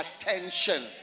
attention